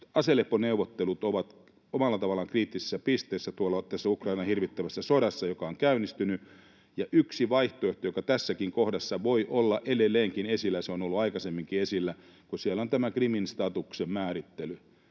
aseleponeuvottelut ovat omalla tavallaan kriittisessä pisteessä tuolla Ukrainan hirvittävässä sodassa, joka on käynnistynyt. Yksi vaihtoehto, joka tässäkin kohdassa voi olla edelleenkin esillä, ja se on ollut aikaisemminkin esillä, on se, kun siellä on tämä Krimin statuksen määrittely,